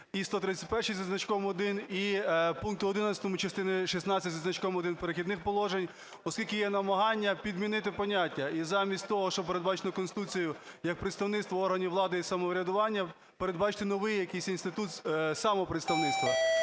і 131-й зі значком 1, і пункту 11 частини шістнадцять зі значком 1 "Перехідних положень", оскільки є намагання підмінити поняття, і замість того, що передбачено Конституцією, як представництво органів влади і самоврядування, передбачити якийсь новий інститут самопредставництва.